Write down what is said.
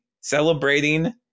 celebrating